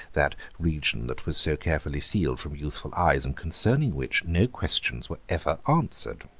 that region that was so carefully sealed from youthful eyes and concerning which no questions were ever answered.